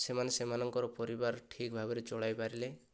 ସେମାନେ ସେମାନଙ୍କର ପରିବାର ଠିକ ଭାବରେ ଚଳାଇ ପାରିଲେ